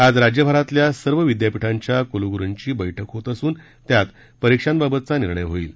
आज राज्यभरातल्या सर्व विद्यापीठांच्या कुलगुरूंची बैठक होत असून त्यात परीक्षांबाबतचा निर्णय होईल